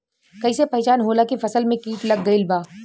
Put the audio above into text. कैसे पहचान होला की फसल में कीट लग गईल बा?